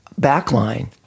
backline